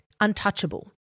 untouchable